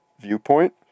viewpoint